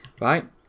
right